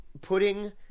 putting –